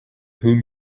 whom